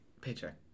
Paycheck